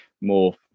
more